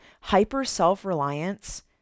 hyper-self-reliance